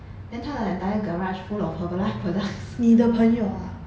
then 他的 entire garage full of herbalife products